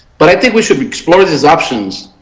but i think we should explore these options.